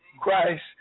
Christ